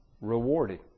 rewarded